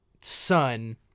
son